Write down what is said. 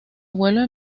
abuelo